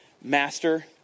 master